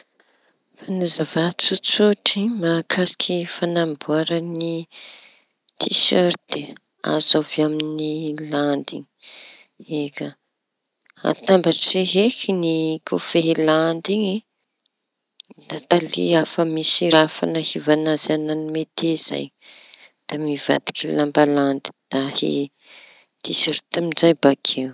Fañazava tsotsotry makasiky fañamboarañy tisirte azo avy aminy landy. Eka, atambatsy eky ny kofehy landy da talia efa misy raha fañahivaña añazy añaty metie zay hivadiky lamba landy da ahia tisirte amizay bakeo.